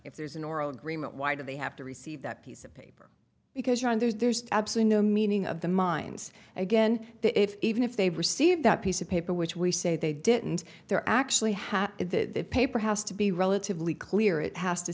if there's an oral agreement why do they have to receive that piece of paper because you're on there's absolutely no meaning of the mines again if even if they received that piece of paper which we say they didn't they're actually have the paper has to be relatively clear it has to